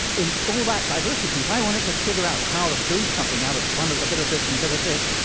in all that diversity, if i wanted to figure out how to build something out of a bit of this and a bit of this,